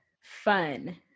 fun